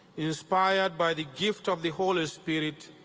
inspired by the gift of the holy spirit,